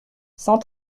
cent